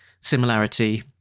similarity